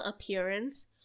appearance